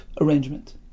arrangement